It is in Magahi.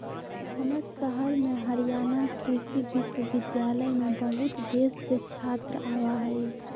हमर शहर में हरियाणा कृषि विश्वविद्यालय में बहुत देश से छात्र आवा हई